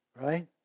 Right